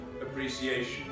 appreciation